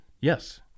Yes